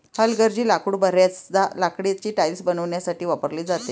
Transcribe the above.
हलगर्जी लाकूड बर्याचदा लाकडाची टाइल्स बनवण्यासाठी वापरली जाते